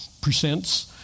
presents